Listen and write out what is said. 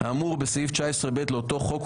האמור בסעיף 19(ב) לאותו חוק,